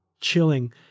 chilling